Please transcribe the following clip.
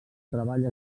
treball